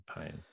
pain